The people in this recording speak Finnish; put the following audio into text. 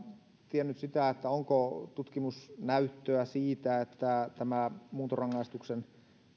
tiennyt sitä onko tutkimusnäyttöä siitä että tämä muuntorangaistuksen